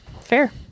Fair